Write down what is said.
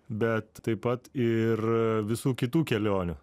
bet taip pat ir visų kitų kelionių